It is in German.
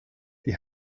die